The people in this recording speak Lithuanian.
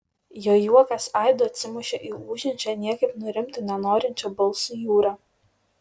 jo juokas aidu atsimušė į ūžiančią niekaip nurimti nenorinčią balsų jūrą